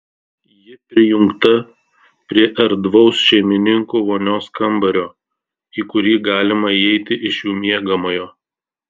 ji prijungta prie erdvaus šeimininkų vonios kambario į kurį galima įeiti iš jų miegamojo